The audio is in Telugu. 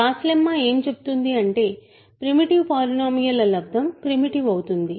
గాస్ లెమ్మా ఏం చెప్తుంది అంటే ప్రిమిటివ్ పాలినోమియల్ ల లబ్దం ప్రిమిటివ్ అవుతుంది